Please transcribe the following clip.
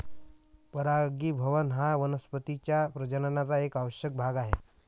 परागीभवन हा वनस्पतीं च्या प्रजननाचा एक आवश्यक भाग आहे